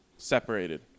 Separated